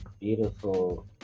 beautiful